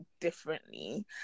differently